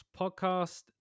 podcast